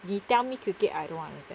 你 tell me cricket I don't understand